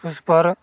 उस पर